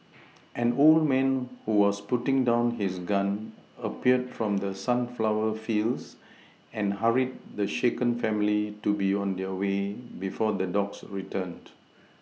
an old man who was putting down his gun appeared from the sunflower fields and hurried the shaken family to be on their way before the dogs returned